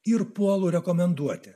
ir puolu rekomenduoti